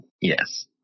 Yes